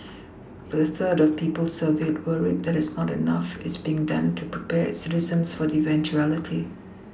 but a third of people surveyed worry that is not enough is being done to prepare its citizens for the eventuality